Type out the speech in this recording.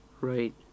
right